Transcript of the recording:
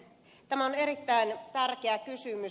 tämä on erittäin tärkeä kysymys